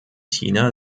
china